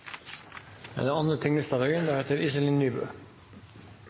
Da er det